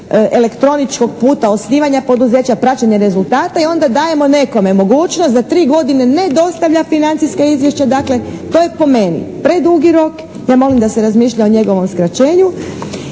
elektroničkog puta osnivanja poduzeća, praćenje rezultata i onda dajemo nekome mogućnost da 3 godine ne dostavlja financijska izvješća. Dakle, to je po meni predugi rok. Ja molim da se razmišlja o njegovom skraćenju